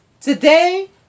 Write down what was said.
today